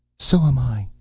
so am i,